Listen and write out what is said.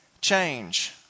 change